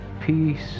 peace